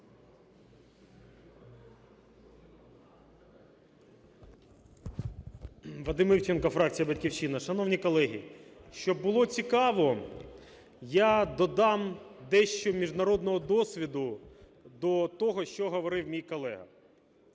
Вадим Івченко, фракція "Батьківщина". Шановні колеги, щоб було цікаво, я додам дещо міжнародного досвіду до того, що говорив мій колега.